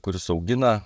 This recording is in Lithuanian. kuris augina